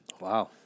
Wow